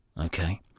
Okay